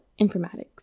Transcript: informatics